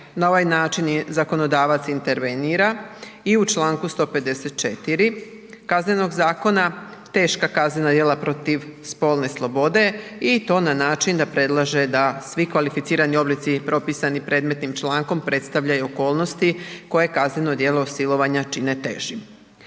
na ovaj način je zakonodavac intervenira i u članku 154. Kaznenog zakona teška kaznena djela protiv spolne slobode i to na način da predlaže da svi kvalificirani oblici propisani predmetnim člankom predstavljaju okolnosti koje kazneno djelo silovanja čine težim.